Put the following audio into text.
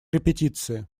репетиции